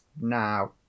now